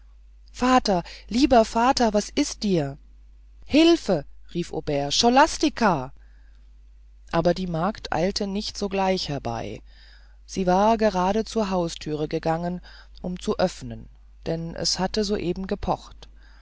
vater lieber vater was ist dir hilfe rief aubert scholastica aber die magd eilte nicht sogleich herbei sie war gerade zur hausthüre gegangen um zu öffnen denn es hatte soeben gepocht